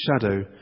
shadow